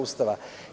Ustava?